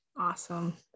Awesome